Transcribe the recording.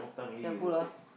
careful ah